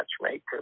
matchmaker